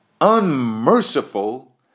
unmerciful